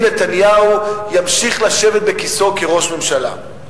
נתניהו ימשיך לשבת בכיסאו כראש ממשלה?